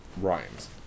rhymes